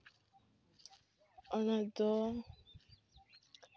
ᱚᱱᱟ ᱫᱚ